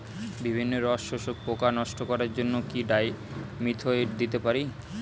বিভিন্ন রস শোষক পোকা নষ্ট করার জন্য কি ডাইমিথোয়েট দিতে পারি?